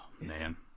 Man